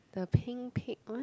the Pink Pig one